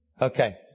Okay